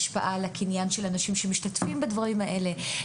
השפעה על הקניין של האנשים שמשתתפים בדברים האלה,